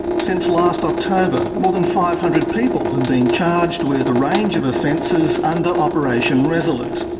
since last october, more than five hundred people have been charged with a range of offences under operation resolute.